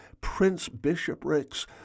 prince-bishoprics